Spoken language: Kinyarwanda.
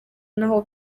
n’aho